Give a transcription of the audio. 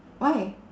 why